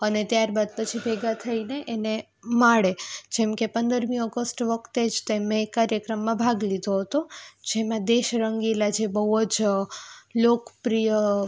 અને ત્યારબાદ પછી ભેગાં થઈને એને માણે જેમકે પંદરમી ઓગસ્ટ વખતે જ તે મેં એ કાર્યક્રમમાં ભાગ લીધો હતો જેમાં દેશ રંગીલા જે બહુ જ લોકપ્રિય